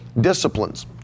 disciplines